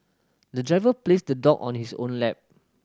the driver placed the dog on his own lap